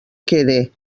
quede